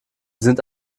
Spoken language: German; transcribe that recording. sind